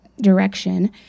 direction